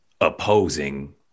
opposing